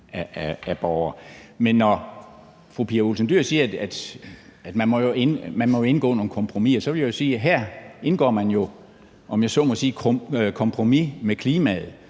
af borgere. Men når fru Pia Olsen Dyhr siger, at man jo må indgå nogle kompromiser, vil jeg sige, at her indgår man, om jeg så må sige, kompromis med klimaet,